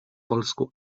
polsku